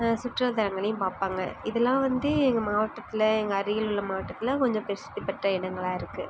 சுற்றுலா தளங்களையும் பார்ப்பாங்க இதெல்லாம் வந்து எங்கள் மாவட்டத்தில் எங்கள் அருகில் உள்ள மாவட்டத்தில் கொஞ்சம் பிரசித்தி பெற்ற இடங்கள்லாருக்குது